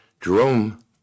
Jerome